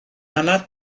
anad